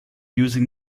using